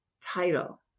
title